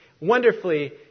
wonderfully